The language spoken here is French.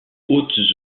hautes